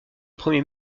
premier